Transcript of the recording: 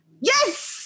Yes